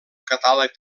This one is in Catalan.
catàleg